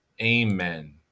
Amen